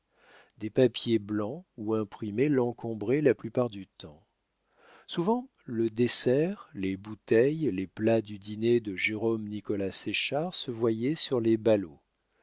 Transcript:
des papiers blancs ou imprimés l'encombraient la plupart du temps souvent le dessert les bouteilles les plats du dîner de jérôme nicolas séchard se voyaient sur les ballots